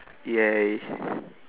!yay!